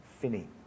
Finney